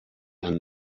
and